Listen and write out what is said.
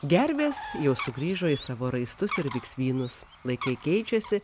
gervės jau sugrįžo į savo raistus ir viksvynus laikai keičiasi